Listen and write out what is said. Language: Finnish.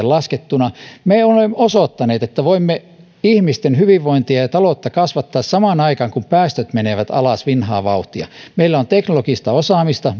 laskettuna me olemme osoittaneet että voimme ihmisten hyvinvointia ja taloutta kasvattaa samaan aikaan kun päästöt menevät alas vinhaa vauhtia meillä on teknologista osaamista